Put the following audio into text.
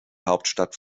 hauptstadt